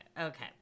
okay